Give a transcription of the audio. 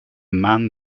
man